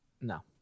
No